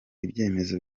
ibyemezo